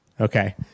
Okay